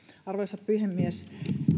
arvoisa puhemies